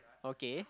okay